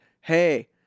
Hey